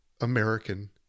American